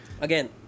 Again